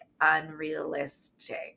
unrealistic